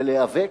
ולהיאבק,